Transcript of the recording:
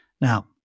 Now